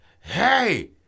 hey